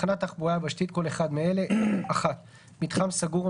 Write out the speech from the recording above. "תחנת תחבורה יבשתית" כל אחד מאלה: מתחם סגור או